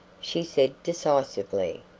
she said, decisively.